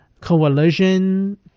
coalition